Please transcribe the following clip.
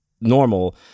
normal